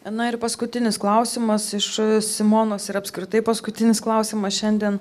na ir paskutinis klausimas iš simonos ir apskritai paskutinis klausimas šiandien